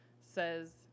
says